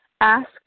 ask